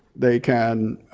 they can